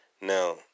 Now